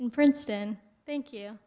in princeton thank you